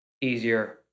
easier